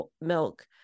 milk